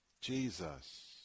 Jesus